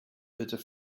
but